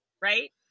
Right